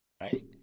right